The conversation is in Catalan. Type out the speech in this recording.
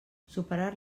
superar